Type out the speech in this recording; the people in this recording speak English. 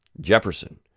Jefferson